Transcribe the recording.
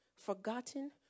forgotten